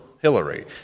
hillary